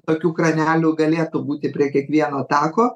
tokių kranelių galėtų būti prie kiekvieno tako